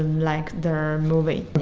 like the movie.